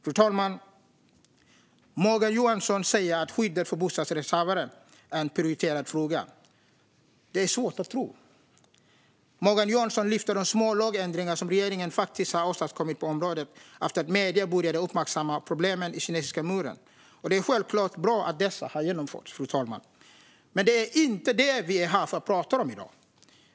Fru talman! Morgan Johansson säger att skyddet för bostadsrättshavare är en prioriterad fråga. Det är svårt att tro. Morgan Johansson lyfter fram de små lagändringar som regeringen faktiskt har åstadkommit på området efter att medier började uppmärksamma problemen i Kinesiska muren. Det är självklart bra att dessa har genomförts, fru talman, men det är inte detta vi är här för att prata om i dag.